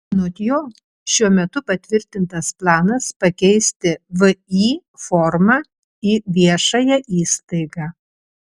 anot jo šiuo metu patvirtintas planas pakeisti vį formą į viešąją įstaigą